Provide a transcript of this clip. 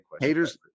Haters